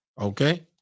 Okay